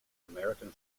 american